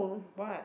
what